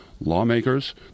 lawmakers